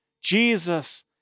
Jesus